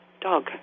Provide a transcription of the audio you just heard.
dog